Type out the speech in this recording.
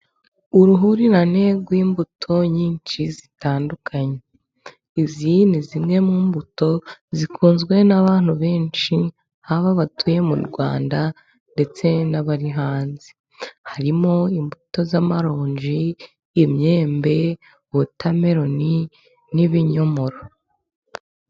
Uruhurirane rw'imbuto nyinshi zitandukanye izi ni zimwe mu mbuto zikunzwe n'abantu benshi haba abatuye mu Rwanda ndetse n'abari hanze. Harimo imbuto z'amaronji, imyembe, wotameroni n'ibinyomoro.